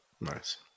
nice